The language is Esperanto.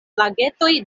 lagetoj